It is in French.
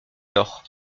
nord